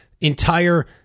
entire